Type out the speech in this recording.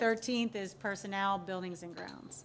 thirteenth as personnel buildings and grounds